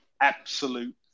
absolute